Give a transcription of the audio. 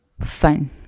fun